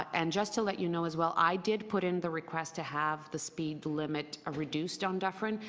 and just to let you know as well, i did put in the request to have the speed limit ah reduced on dufrin,